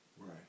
Right